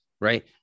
right